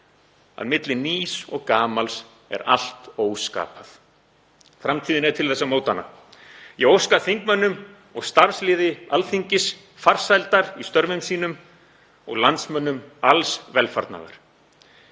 að milli nýs og gamals er allt óskapað. Framtíðin er til þess að móta hana. Ég óska þingmönnum og starfsliði Alþingis farsældar í störfum sínum og landsmönnum alls velfarnaðar.